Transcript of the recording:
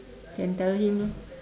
can tell him lah